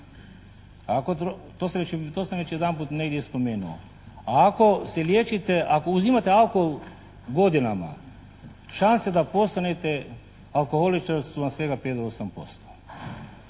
to sam već jedanput negdje spomenuo. A ako se liječite, ako uzimate alkohol godinama šanse da postanete alkoholičar su vam svega 5